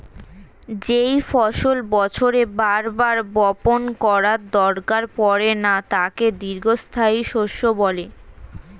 যেই ফসল বছরে বার বার বপণ করার দরকার পড়ে না তাকে দীর্ঘস্থায়ী শস্য বলে